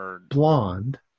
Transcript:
blonde